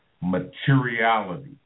materiality